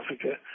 Africa